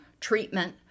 treatment